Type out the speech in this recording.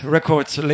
Records